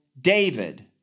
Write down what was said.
David